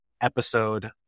episode